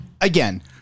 Again